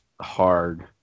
hard